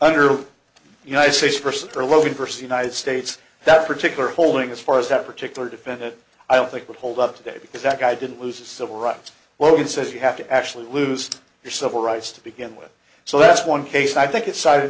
under united states person or load pursue united states that particular holding as far as that particular defendant i don't think would hold up today because that guy didn't lose the civil rights well he says you have to actually lose your civil rights to begin with so that's one case i think it